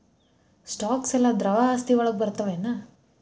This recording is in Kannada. ಸ್ಟಾಕ್ಸ್ ಯೆಲ್ಲಾ ದ್ರವ ಆಸ್ತಿ ವಳಗ್ ಬರ್ತಾವೆನ?